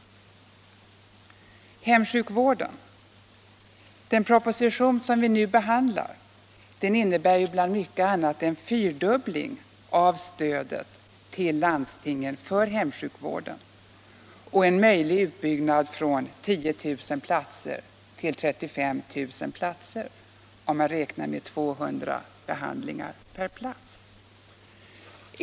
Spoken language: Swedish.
I fråga om hemsjukvården innebär den proposition som vi nu behandlar en fyrdubbling av stödet till landstingen och en möjlig utbyggnad från 10 000 till 35 000 platser, om man räknar med 200 behandlingar per plats.